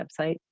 website